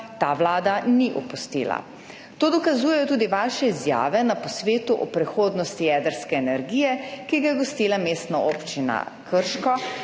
ta vlada ni opustila. To dokazujejo tudi vaše izjave na posvetu o prihodnosti jedrske energije, ki ga je gostila Mestna občina Krško,